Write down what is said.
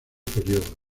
período